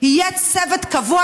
יהיה צוות קבוע,